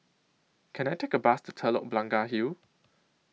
Can I Take A Bus to Telok Blangah Hill